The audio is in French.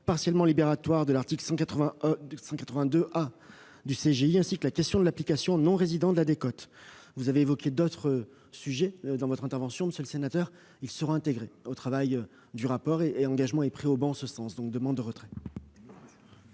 partiellement libératoire de l'article 182 A du CGI, ainsi que la question de l'application aux non-résidents de la décote. Vous avez évoqué d'autres sujets dans votre intervention, monsieur le sénateur, qui seront intégrés à ce rapport, engagement est pris au banc en ce sens. Je mets aux